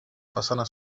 façana